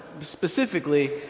specifically